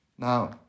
Now